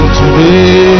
today